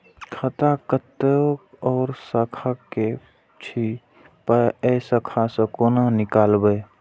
खाता कतौ और शाखा के छै पाय ऐ शाखा से कोना नीकालबै?